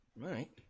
Right